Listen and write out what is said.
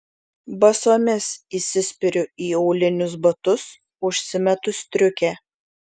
basomis įsispiriu į aulinius batus užsimetu striukę